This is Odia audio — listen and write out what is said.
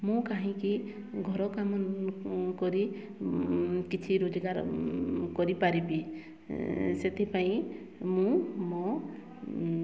ମୁଁ କାହିଁକି ଘର କାମ କରି କିଛି ରୋଜଗାର କରିପାରିବି ସେଥିପାଇଁ ମୁଁ ମୋ